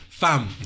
Fam